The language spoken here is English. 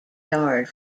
yard